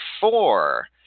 four